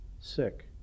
sick